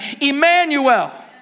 Emmanuel